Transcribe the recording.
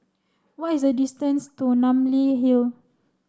what is the distance to Namly Hill